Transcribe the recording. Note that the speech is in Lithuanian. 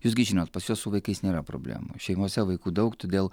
jūs gi žinot pas juos su vaikais nėra problemų šeimose vaikų daug todėl